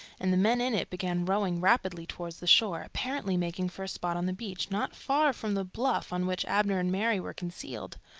and the men in it began rowing rapidly toward the shore, apparently making for a spot on the beach, not far from the bluff on which abner and mary were concealed.